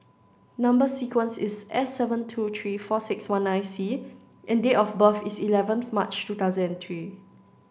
number sequence is S seven two three four six one nine C and date of birth is eleven March two thousand and three